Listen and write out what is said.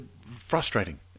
frustrating